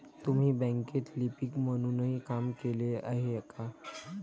तुम्ही बँकेत लिपिक म्हणूनही काम केले आहे का?